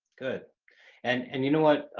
good and and you know what?